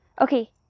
Okay